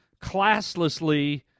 classlessly